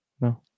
No